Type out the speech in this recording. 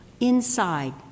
inside